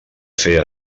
fer